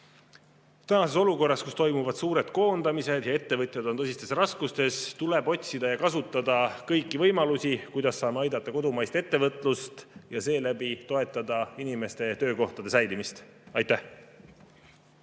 Olukorras, kus toimuvad suured koondamised ja ettevõtjad on tõsistes raskustes, tuleb otsida ja kasutada kõiki võimalusi, kuidas aidata kodumaist ettevõtlust ja seeläbi toetada töökohtade säilimist. Aitäh!